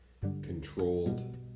Controlled